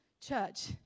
Church